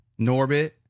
Norbit